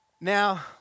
Now